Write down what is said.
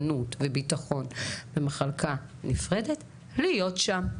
מוגנות וביטחון במחלקה נפרדת להיות שם.